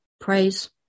praise